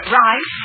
right